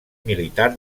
militar